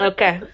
Okay